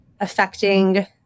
affecting